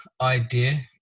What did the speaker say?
idea